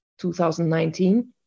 2019